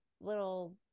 little